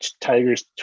Tiger's